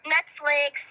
Netflix